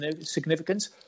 significance